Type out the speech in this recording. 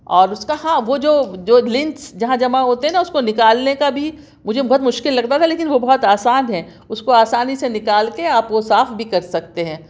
اور اُس کا ہاں وہ جو جو لینتھس جہاں جمع ہوتے ہیں نا اُس کو نکالنے کا بھی مجھے بہت مشکل لگتا تھا لیکن وہ بہت آسان ہے اُس کو آسانی سے نکال کے آپ وہ صاف بھی کر سکتے ہیں